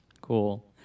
Cool